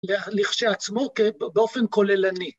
‫לכשעצמו באופן כוללני.